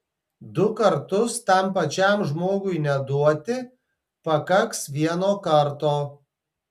du kartus tam pačiam žmogui neduoti pakaks vieno karto